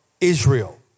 Israel